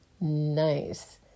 nice